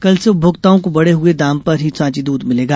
कल से उपभोक्ताओं को बडे हए दाम पर ही सांची दृध मिलेगा